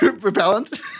repellent